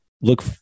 look